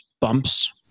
bumps